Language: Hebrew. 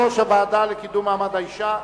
הוועדה לקידום מעמד האשה,